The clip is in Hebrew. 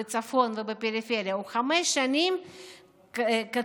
בצפון ובפריפריה היא בחמש שנים קצרה